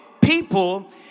people